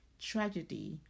Tragedy